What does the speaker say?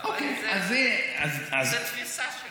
זה תפיסה שלי.